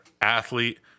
athlete